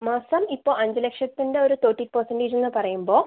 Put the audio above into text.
മാസം ഇപ്പോൾ അഞ്ച് ലക്ഷത്തിൻ്റെ ഒരു തെർട്ടി പെർസെൻറ്റേജ് എന്ന് പറയുമ്പോൾ